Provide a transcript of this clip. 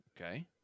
Okay